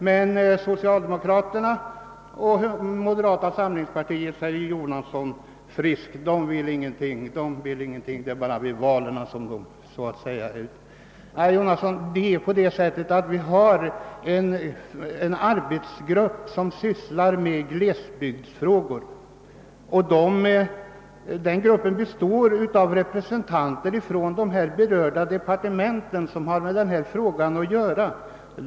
Men socialdemokraterna och moderata samlingspartiet, säger herr Jonasson, de vill ingenting; soc.-dem. är bara aktiva i samband med valen. Det finns emellertid, herr Jonasson, en arbetsgrupp som sysslar med glesbygdsfrågor och som består av representanter för de departement som har med dessa frågor att göra.